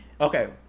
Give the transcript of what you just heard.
Okay